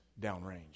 downrange